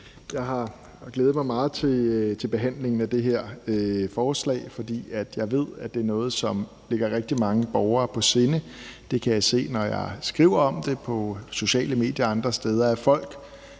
Jeg har glædet mig meget til behandlingen af det her forslag, for jeg ved, at det er noget, som ligger rigtig mange borgere på sinde. Jeg kan se, når jeg skriver om det på sociale medier og andre steder, at folk